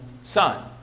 son